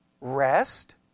rest